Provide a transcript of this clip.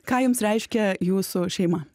ką jums reiškia jūsų šeima